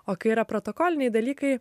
o kai yra protokoliniai dalykai